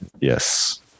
Yes